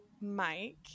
Mike